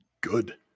Good